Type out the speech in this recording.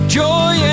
joy